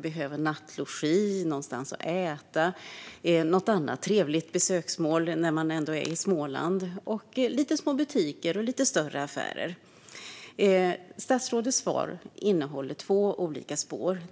behöver nattlogi och någonstans att äta och vill besöka något annat trevligt besöksmål när de ändå är i Småland. Det gäller även en del små butiker och lite större butiker. Statsrådets svar innehåller två olika spår.